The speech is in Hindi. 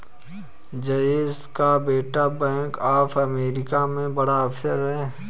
जयेश का बेटा बैंक ऑफ अमेरिका में बड़ा ऑफिसर है